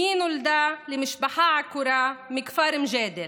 אימי נולדה למשפחה עקורה מכפר מג'דל.